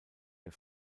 der